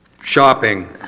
shopping